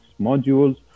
modules